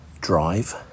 drive